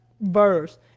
verse